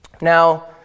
Now